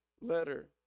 letter